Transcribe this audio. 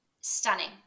stunning